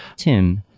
tim.